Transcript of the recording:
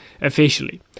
officially